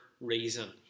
reason